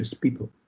people